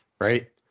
right